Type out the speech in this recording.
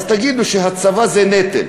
תגידו שהצבא הוא נטל.